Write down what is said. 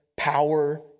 power